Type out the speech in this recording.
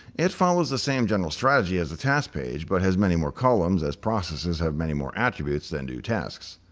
it follows the same general strategy as the task page but has many more columns as processes have many more attributes than do tasks.